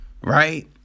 right